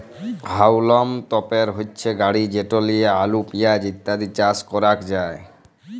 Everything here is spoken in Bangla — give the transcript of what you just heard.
হাউলম তপের হচ্যে গাড়ি যেট লিয়ে আলু, পেঁয়াজ ইত্যাদি চাস ক্যরাক যায়